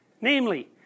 namely